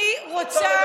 מירב,